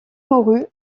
mourut